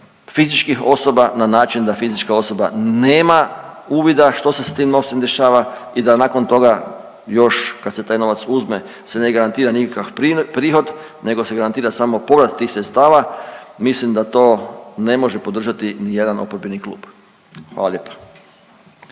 fizičkih osoba na način da fizička osoba nema uvida što se s tim novcem dešava i da nakon toga još kad se taj novac uzme se ne garantira nikakav prihod nego se garantira samo povrat tih sredstava, mislim da to ne može podržati nijedan oporbeni klub. Hvala lijepa.